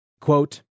Quote